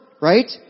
right